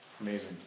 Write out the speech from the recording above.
Amazing